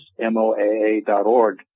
moaa.org